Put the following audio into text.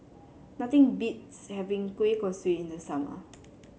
nothing beats having Kueh Kosui in the summer